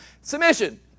submission